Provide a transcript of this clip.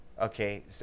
Okay